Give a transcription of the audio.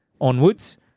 onwards